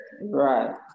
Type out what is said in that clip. Right